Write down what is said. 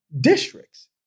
districts